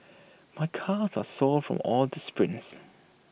my calves are sore from all the sprints